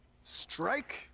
Strike